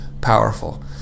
powerful